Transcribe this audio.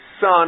son